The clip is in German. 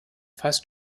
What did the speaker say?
fast